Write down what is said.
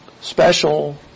special